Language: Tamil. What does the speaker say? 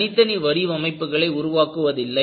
தனித்தனி வடிவமைப்புகளை உருவாக்குவதில்லை